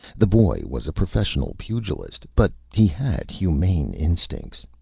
the boy was a professional pugilist, but he had humane instincts.